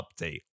update